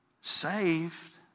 Saved